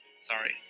Sorry